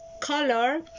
color